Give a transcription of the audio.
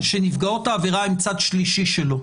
שנפגעות העבירה הן צד שלישי שלו.